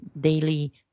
daily